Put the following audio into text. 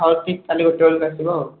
ହଉ ଠିକ୍ କାଲି ଗୋଟେ ବେଳକୁ ଆସିବ